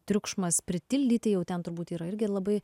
triukšmas pritildyti jau ten turbūt yra irgi labai